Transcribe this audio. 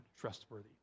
trustworthy